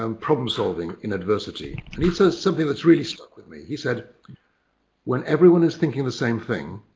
um problem solving in adversity. and he says something that's really struck with me. he said when everyone is thinking the same thing,